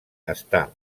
està